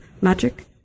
magic